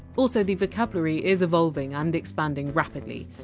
also the vocabulary is evolving and expanding rapidly,